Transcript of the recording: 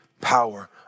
power